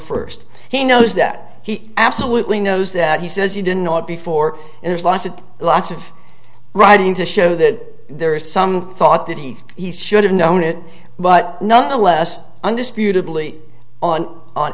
first he knows that he absolutely knows that he says he didn't know it before and there's lots of lots of writing to show that there is some thought that he should have known it but nonetheless undisputedly on on